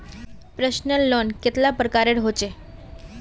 Personal loan कतेला प्रकारेर होचे?